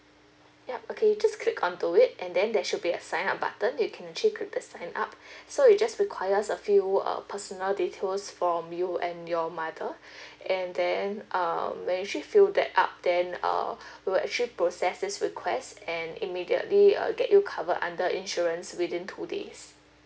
ya okay just click onto it and then there should be a sign up button you can click it to sign up so we just requires a few uh personal details from you and your mother and then um when you actually fill that up then uh we'll actually process this request and immediately uh get you cover under insurance within two days